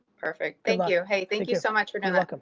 perfect, thank you. hey, thank you so much for and that.